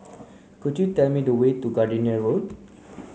could you tell me the way to Gardenia Road